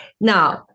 Now